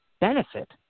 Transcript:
benefit